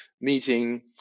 meeting